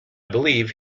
believe